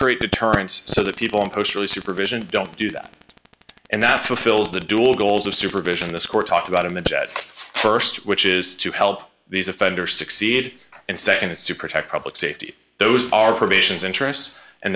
create deterrence so that people impose really supervision don't do that and that fulfills the dual goals of supervision this court talked about in the dead st which is to help these offender succeed and nd is to protect public safety those are provisions interests and